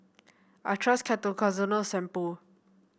I trust Ketoconazole Shampoo